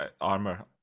armor